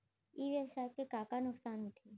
ई व्यवसाय के का का नुक़सान होथे?